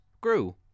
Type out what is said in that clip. grew